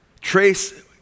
Trace